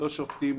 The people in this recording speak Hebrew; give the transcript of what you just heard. לא שופטים,